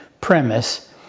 premise